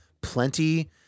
plenty